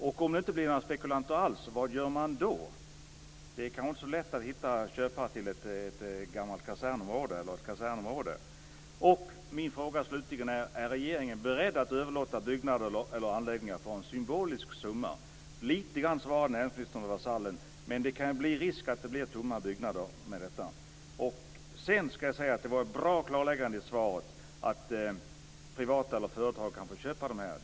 Om det inte blir några spekulanter alls, vad gör man då? Det kan inte vara så lätt att hitta köpare till ett kasernområde. Är regeringen beredd att överlåta byggnader eller anläggningar för en symbolisk summa? Näringsministern talade om Vasallen, men det finns risk för att det blir tomma byggnader. Det var ett bra klarläggande i svaret, att privatpersoner eller företag kan få köpa fastigheterna.